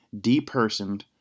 depersoned